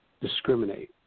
discriminate